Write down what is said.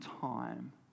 time